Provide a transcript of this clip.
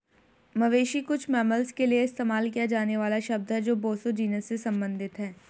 मवेशी कुछ मैमल्स के लिए इस्तेमाल किया जाने वाला शब्द है जो बोसो जीनस से संबंधित हैं